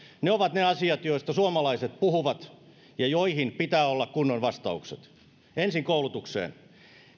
ne ovat ne asiat joista suomalaiset puhuvat ja joihin pitää olla kunnon vastaukset ensin koulutukseen